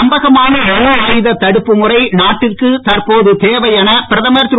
நம்பகமான அணு ஆயுதத் தடுப்புமுறை நாட்டிற்கு தற்போது தேவை என பிரதமர் திரு